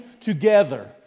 together